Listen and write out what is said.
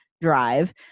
drive